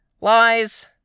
Lies